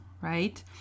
right